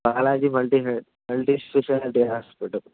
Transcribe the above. Balaji multi multi speciality hospital